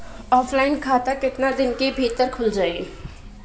Offline खाता केतना दिन के भीतर खुल जाई?